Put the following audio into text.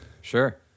Sure